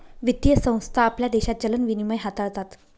वित्तीय संस्था आपल्या देशात चलन विनिमय हाताळतात